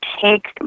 take